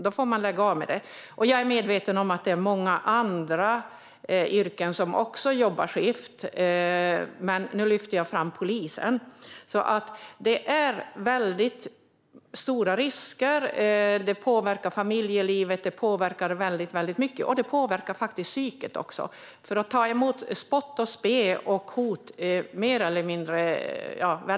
Då får man lägga av. Jag är medveten om att man jobbar skift också i många andra yrken, men nu lyfter jag fram polisen. Det är stora risker, det påverkar familjelivet och det påverkar mycket annat. Det påverkar också psyket att väldigt ofta få ta emot spott och spe.